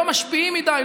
לא משפיעים מדי,